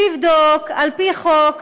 על פי חוק,